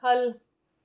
ख'ल्ल